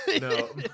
No